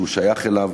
שהוא שייך אליו,